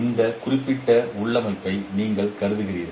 இந்த குறிப்பிட்ட உள்ளமைவை நீங்கள் கருதுகிறீர்கள்